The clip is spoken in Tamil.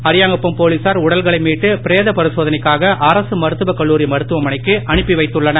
அரியாங்குப்பம் போலீசார் உடல்களை மீட்டு பிரேத பரிசோதனைக்காக அரசு மருத்துவ கல்லூரி மருத்துவமனைக்கு அனுப்பி வைத்துள்ளனர்